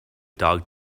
dog